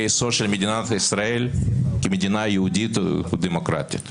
היסוד של מדינת ישראל כמדינה יהודית ודמוקרטית.